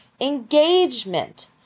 Engagement